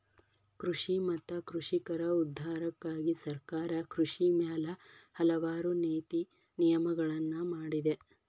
ಕೃಷಿ ಮತ್ತ ಕೃಷಿಕರ ಉದ್ಧಾರಕ್ಕಾಗಿ ಸರ್ಕಾರ ಕೃಷಿ ಮ್ಯಾಲ ಹಲವಾರು ನೇತಿ ನಿಯಮಗಳನ್ನಾ ಮಾಡಿದೆ